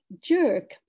jerk